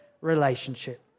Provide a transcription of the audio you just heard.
relationship